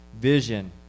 vision